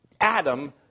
Adam